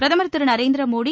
பிரதமர் திரு நரேந்திர மோடி